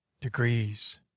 Degrees